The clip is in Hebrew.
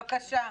בבקשה.